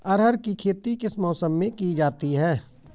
अरहर की खेती किस मौसम में की जाती है?